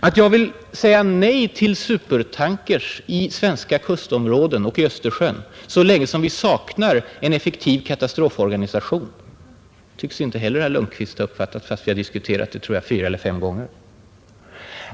Att jag vill säga nej till supertankers i svenska kustområden och i Östersjön så länge vi saknar en effektiv katastroforganisation tycks inte heller herr Lundkvist ha uppfattat fast vi har diskuterat det flera gånger.